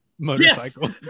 motorcycle